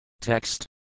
Text